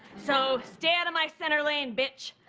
so stay out of my center lane, bitch.